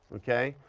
okay?